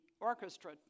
orchestra